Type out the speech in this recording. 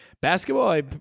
Basketball